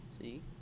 see